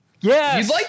Yes